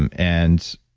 and and